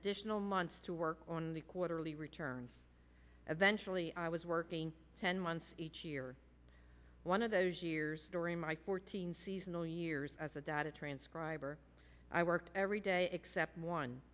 additional months to work on the quarterly return eventually i was working ten months each year one of those years during my fourteen seasonal years as a data transcriber i work every day except one